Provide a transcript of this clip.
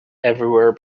everywhere